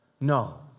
No